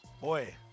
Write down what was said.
Boy